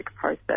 process